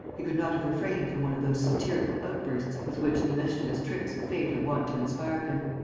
he could not have refrained from one of those satirical outbursts with which the mischievous tricks of fate are wont to inspire him.